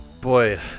Boy